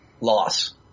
loss